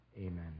Amen